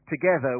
together